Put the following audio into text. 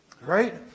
right